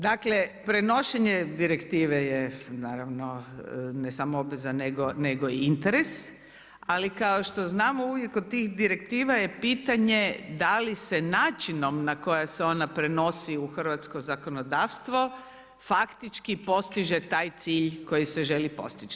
Dakle prenošenje direktive je naravno ne samo obveza nego i interes ali kao što znamo uvijek kod tih direktiva je pitanje da li se načinom na koji se ona prenosi u hrvatsko zakonodavstvo faktički postiže taj cilj koji se želi postići.